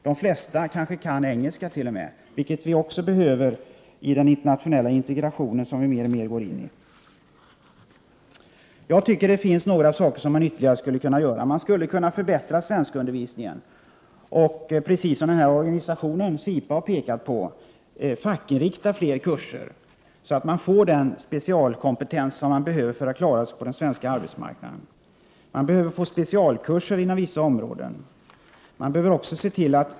De flesta har kanske t.o.m. engelska kunskaper, vilka vi också behöver i den internationella integration som vi mer och mer går in i. Jag tycker att det finns några ytterligare saker som man skulle kunna göra. Man skulle kunna förbättra svenskundervisningen. Som organisationen SIPA framhållit skulle man kunna fackinrikta fler kurser, så att vederbörande får den specialkompetens som behövs på den svenska marknaden. Vidare behövs det specialkurser inom vissa områden.